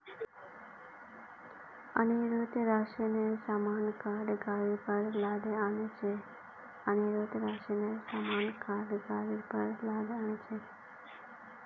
अनिरुद्ध राशनेर सामान काठ गाड़ीर पर लादे आ न छेक